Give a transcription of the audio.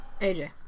AJ